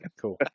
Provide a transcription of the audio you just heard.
cool